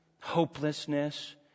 Hopelessness